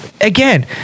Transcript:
again